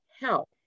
help